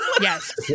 Yes